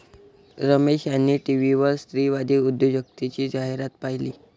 रमेश यांनी टीव्हीवर स्त्रीवादी उद्योजकतेची जाहिरात पाहिली